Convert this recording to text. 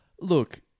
look